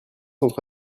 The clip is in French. entre